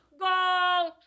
go